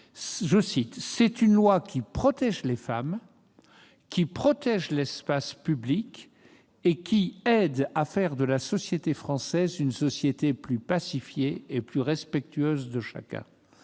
de 2010 : c'est une loi qui protège les femmes, qui protège l'espace public et qui aide à faire de la société française une société plus pacifiée et plus respectueuse de chacun ;